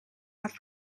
have